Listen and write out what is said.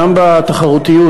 גם בתחרותיות,